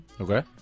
Okay